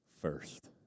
first